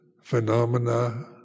phenomena